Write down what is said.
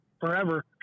forever